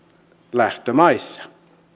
lähtömaissa